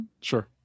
Sure